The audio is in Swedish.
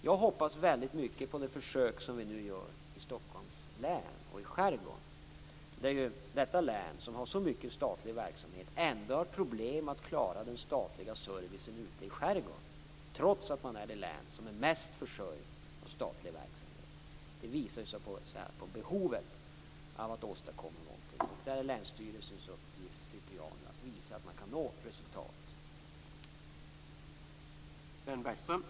Jag hoppas väldigt mycket på det försök vi nu gör i skärgården i Stockholms län. Detta län har problem att klara den statliga servicen ute i skärgården, trots att det är det län som är mest försörjt av statlig verksamhet. Det visar på behovet av att åstadkomma någonting, och Länsstyrelsens uppgift där är att visa att man kan nå resultat.